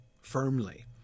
firmly